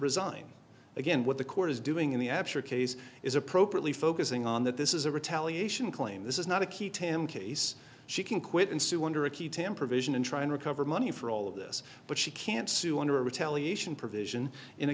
resign again what the court is doing in the absolute case is appropriately focusing on that this is a retaliation claim this is not a key tam case she can quit and sue under a key tam provision and try and recover money for all of this but she can't sue under a retaliation